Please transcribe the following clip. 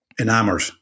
enamored